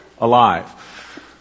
alive